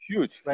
Huge